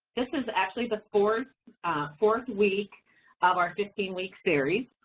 this is actually the fourth fourth week of our fifteen week series.